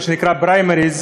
מה שנקרא פריימריז,